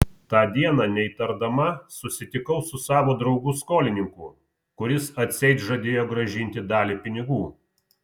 tą dieną neįtardama susitikau su savo draugu skolininku kuris atseit žadėjo grąžinti dalį pinigų